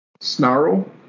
snarl